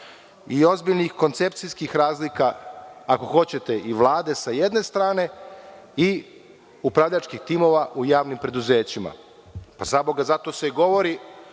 i ozbiljnih koncepcijskih razlika, ako hoćete, i Vlade sa jedne strane i upravljačkih timova u javnim preduzećima. Zaboga, zato se i govori